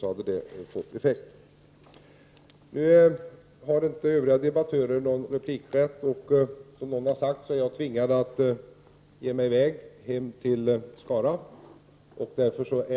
De övriga debattörerna i debatten har nu inte någon replikrätt, och jag är, som någon tidigare sagt i debatten, tvingad att ge mig i väg hem till Skara.